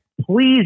Please